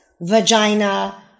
vagina